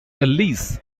ellis